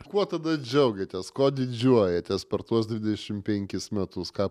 kuo tada džiaugiatės kuo didžiuojatės per tuos dvidešim penkis metus ką